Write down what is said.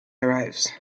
arrives